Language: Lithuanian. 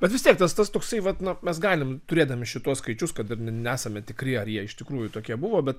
bet vis tiek tas tas toksai vat nu mes galim turėdami šituos skaičius kad ir ne nesam tikri ar jie iš tikrųjų tokie buvo bet